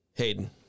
Hayden